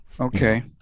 okay